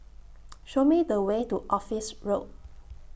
Show Me The Way to Office Road